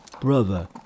Brother